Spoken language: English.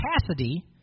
capacity